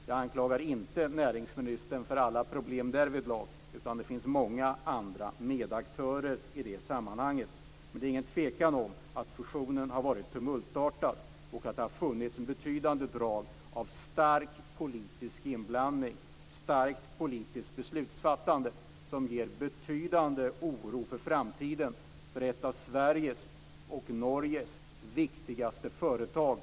Jag anklagar inte näringsministern för alla problem därvidlag. Det finns många medaktörer i det sammanhanget. Men det är ingen tvekan om att fusionen har varit tumultartad och om att det har funnits betydande drag av stark politisk inblandning, starkt politiskt beslutsfattande som inger betydande oro för framtiden för ett av Sveriges och Norges viktigaste företag.